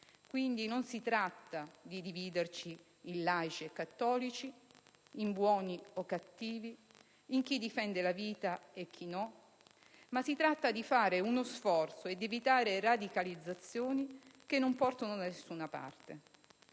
quindi, di dividerci in laici e cattolici, in buoni e cattivi, in chi difende la vita e chi no, ma si tratta di fare uno sforzo e di evitare radicalizzazioni che non portano da nessuna parte.